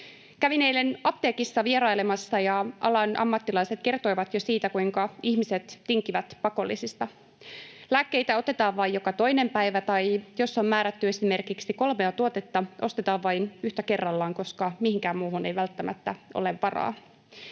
Kävin eilen apteekissa vierailemassa, ja alan ammattilaiset kertoivat jo siitä, kuinka ihmiset tinkivät pakollisista. Lääkkeitä otetaan vain joka toinen päivä, tai jos on määrätty esimerkiksi kolmea tuotetta, ostetaan vain yhtä kerrallaan, koska mihinkään muuhun ei välttämättä ole varaa.